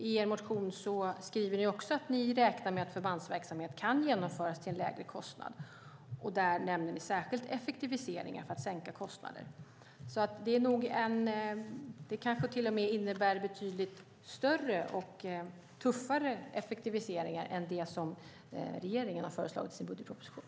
I er motion skriver ni att ni räknar med att förbandsverksamhet kan genomföras till en lägre kostnad. Ni nämner särskilt effektiviseringar för att sänka kostnaden. Det kanske till och med innebär betydligt större och tuffare effektiviseringar än de som regeringen har förslagit i sin budgetproposition.